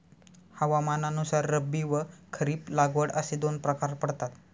हवामानानुसार रब्बी व खरीप लागवड असे दोन प्रकार पडतात